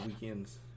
weekends